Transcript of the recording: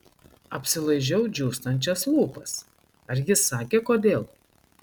apsilaižau džiūstančias lūpas ar jis sakė kodėl